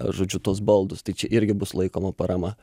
žodžiu tuos baldus tai čia irgi bus laikoma parama